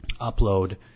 upload